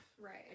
Right